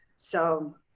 so,